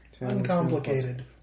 Uncomplicated